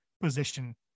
position